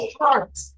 heart